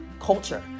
culture